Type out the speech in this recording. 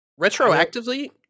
Retroactively